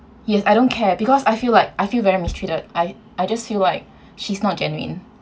yes I don't care because I feel like I feel very mistreated I I just feel like she's not genuine